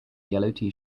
yellow